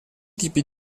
tipi